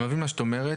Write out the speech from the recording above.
אני מבין מה שאת אומרת.